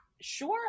sure